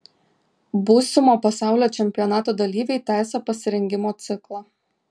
būsimo pasaulio čempionato dalyviai tęsią pasirengimo ciklą